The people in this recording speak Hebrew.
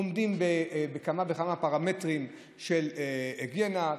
עומדים בכמה וכמה פרמטרים של היגיינה,